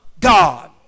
God